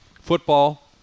Football